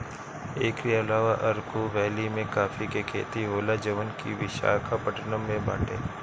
एकरी अलावा अरकू वैली में काफी के खेती होला जवन की विशाखापट्टनम में बाटे